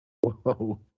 Whoa